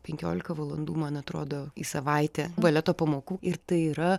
penkiolika valandų man atrodo į savaitę baleto pamokų ir tai yra